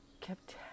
kept